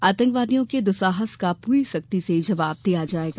आतंकवादियों के दुस्साहस का पूरी सख्ती से जवाब दिया जायेगा